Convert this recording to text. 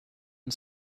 and